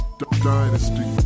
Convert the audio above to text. dynasty